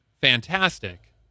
fantastic